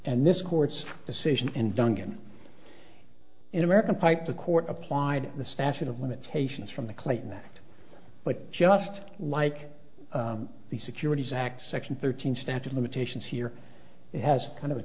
and this court's decision and dungan in american pie to court applied the statute of limitations from the clayton act but just like the securities act section thirteen statute limitations here it has kind of a